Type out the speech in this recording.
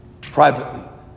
privately